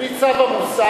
לפי צו המוסר,